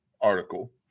article